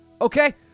Okay